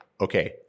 Okay